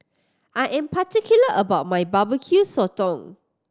I am particular about my Barbecue Sotong